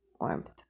warmth